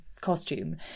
costume